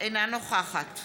אינה נוכחת